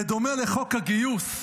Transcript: בדומה לחוק הגיוס,